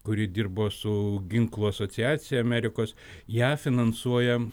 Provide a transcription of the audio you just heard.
kuri dirbo su ginklų asociacija amerikos ją finansuoja